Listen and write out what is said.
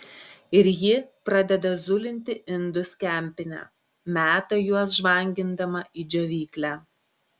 ir ji pradeda zulinti indus kempine meta juos žvangindama į džiovyklę